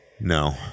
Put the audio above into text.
No